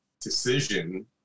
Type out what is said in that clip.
decision